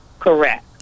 Correct